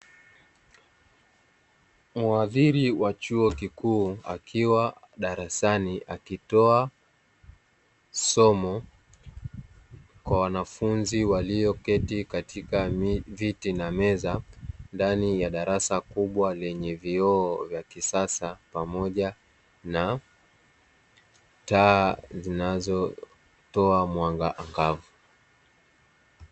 Mhadhiri wa chuo kikuu akiwa darasani akitoa somo kwa wanafunzi walioketi katika viti na meza ndani ya darasa kubwa lenye vioo vya kisasa pamoja na taa zinazotoa mwanga angavu.